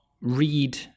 read